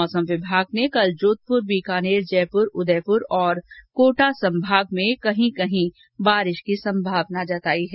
मौसम विभाग ने कल जोधपुर बीकानेर जयपुर उदयपुर तथा कोटा संभागों में कहीं कहीं वर्षा की संभावना जताई है